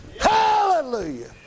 Hallelujah